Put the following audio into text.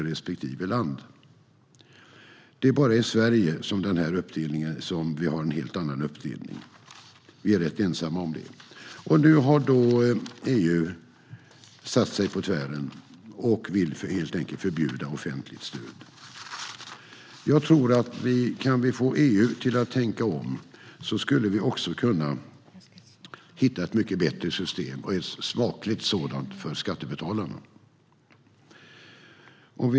Det är bara i Sverige som vi har en helt annan uppdelning. Vi är rätt ensamma om det. Nu har EU satt sig på tvären och vill helt enkelt förbjuda offentligt stöd. Jag tror att om vi kan få EU att tänka om skulle vi också kunna hitta ett mycket bättre system, ett som är smakligt för skattebetalarna.